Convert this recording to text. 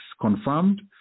confirmed